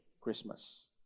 Christmas